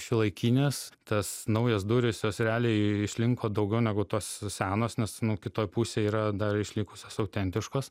šiuolaikinės tos naujos durys jos realiai išlinko daugiau negu tos senos nes nu kitoj pusėj yra dar išlikusios autentiškos